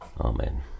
Amen